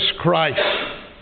Christ